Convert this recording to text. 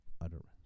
utterance